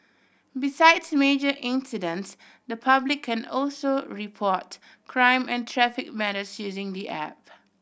besides major incidents the public can also report crime and traffic matters using the app